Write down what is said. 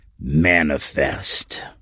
manifest